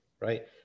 Right